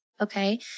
okay